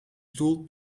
stoel